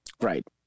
Right